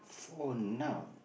for now